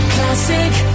Classic